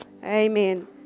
Amen